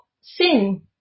sin